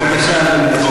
בעולמנו זה אפשרי.